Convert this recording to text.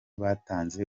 batanze